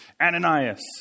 Ananias